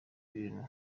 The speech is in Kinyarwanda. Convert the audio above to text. bintu